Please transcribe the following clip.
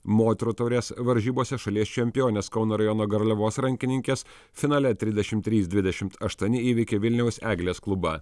moterų taurės varžybose šalies čempionės kauno rajono garliavos rankininkės finale trisdešim trys dvidešimt aštuoni įveikė vilniaus eglės klubą